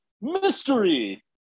mystery